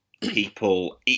people